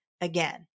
again